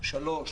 שלוש,